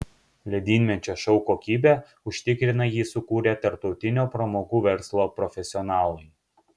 ledynmečio šou kokybę užtikrina jį sukūrę tarptautinio pramogų verslo profesionalai